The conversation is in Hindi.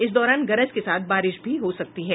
इस दौरान गरज के साथ बारिश भी हो सकती है